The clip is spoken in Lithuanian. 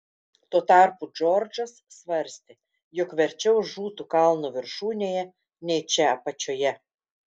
tuo tarpu džordžas svarstė jog verčiau žūtų kalno viršūnėje nei čia apačioje